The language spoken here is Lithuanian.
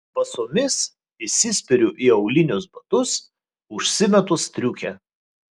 basomis įsispiriu į aulinius batus užsimetu striukę